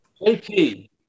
JP